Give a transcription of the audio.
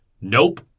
Nope